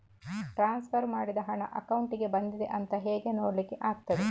Transfer ಮಾಡಿದ ಹಣ ಅಕೌಂಟಿಗೆ ಬಂದಿದೆ ಅಂತ ಹೇಗೆ ನೋಡ್ಲಿಕ್ಕೆ ಆಗ್ತದೆ?